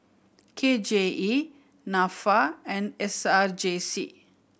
K J E Nafa and S R J C